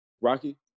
Rocky